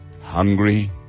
hungry